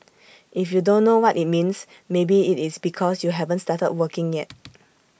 if you don't know what IT means maybe IT is because you haven't started working yet